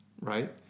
right